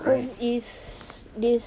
is this